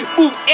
move